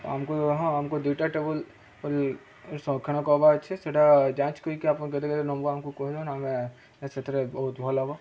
ଆମକୁ ହଁ ଆମକୁ ଦୁଇଟା ଟେବୁଲ ସଂରକ୍ଷଣ କରବାର୍ ଅଛି ସେଟା ଯାଞ୍ଚ କରିକି ଆପଣ କେଦେ କେତେ ନମ୍ବର୍ ଆମକୁ କହିଦେଉନ୍ ଆମେ ସେଥିରେ ବହୁତ ଭଲ ହବ